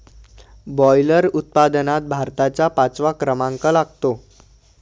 boiler उत्पादनात भारताचा पाचवा क्रमांक लागतो